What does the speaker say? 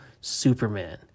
Superman